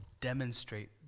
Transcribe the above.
demonstrate